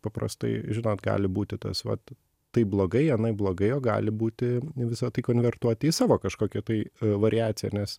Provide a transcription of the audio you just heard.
paprastai žinot gali būti tas vat taip blogai anaip blogai o gali būti visą tai konvertuoti į savo kažkokią tai variaciją nes